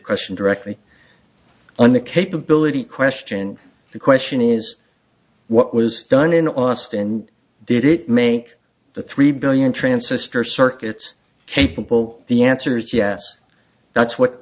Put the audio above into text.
question directly on the capability question the question is what was done in austin did it make the three billion transistor circuits capable the answer is yes that's what